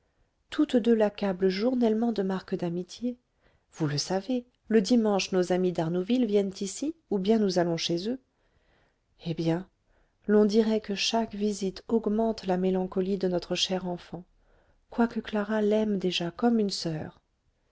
toutes deux l'accablent journellement de marques d'amitié vous le savez le dimanche nos amis d'arnouville viennent ici ou bien nous allons chez eux eh bien l'on dirait que chaque visite augmente la mélancolie de notre chère enfant quoique clara l'aime déjà comme une soeur